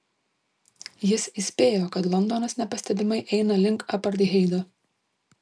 jis įspėjo kad londonas nepastebimai eina link apartheido